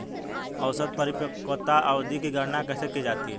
औसत परिपक्वता अवधि की गणना कैसे की जाती है?